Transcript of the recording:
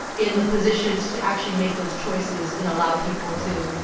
in the positions to actually make those choices and allow people to.